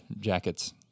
jackets